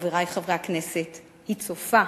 חברי חברי הכנסת, היא צופה,